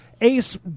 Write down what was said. Ace